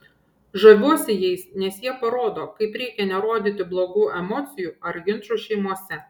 žaviuosi jais nes jie parodo kaip reikia nerodyti blogų emocijų ar ginčų šeimose